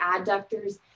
adductors